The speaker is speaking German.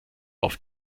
auf